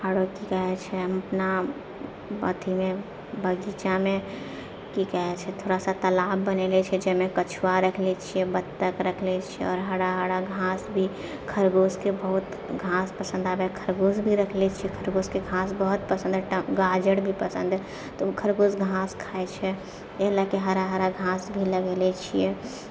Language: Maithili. आओरो कि कहैत छै अपना अथीमे बगीचामे कि कहैत छै थोड़ासा तलाब बनेने छियै जाहिमे कछुआ रखने छियै बत्तक रखने छियै आओर हरा हरा घास भी खरगोशके बहुत घास पसन्द आबै खरगोश भी रखले छियै खरगोशके घास बहुत पसन्द हय टङ्ग गाजर भी पसन्द अय तऽ ओ खरगोश घास खाइत छै एहि लयके हरा हरा घास भी लगेले छियै